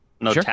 no